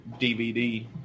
DVD